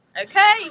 Okay